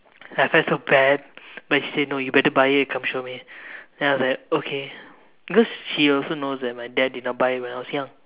I felt so bad but she said no you better buy it and come show me then I was like okay because she also knows that my dad did not buy it when I was young